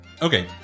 Okay